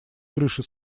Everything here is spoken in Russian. крыши